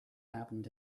happened